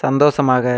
சந்தோசமாக